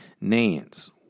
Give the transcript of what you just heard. Nance